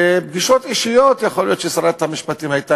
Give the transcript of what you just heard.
בפגישות אישיות יכול להיות ששרת המשפטים הייתה